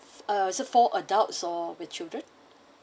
uh so four adults or with children